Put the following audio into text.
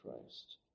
Christ